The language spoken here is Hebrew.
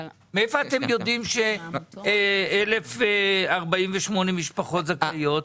מאיפה אתם יודעים ש-1,048 משפחות זכאיות?